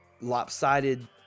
lopsided